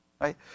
right